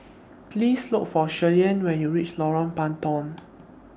Please Look For Shirleyann when YOU REACH Lorong Puntong